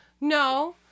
No